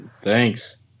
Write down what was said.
Thanks